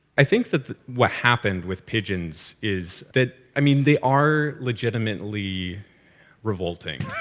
i think that that what happened with pigeons is that, i mean, they are legitimately revolting.